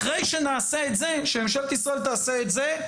אחרי שממשלת ישראל תעשה את זה,